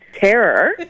terror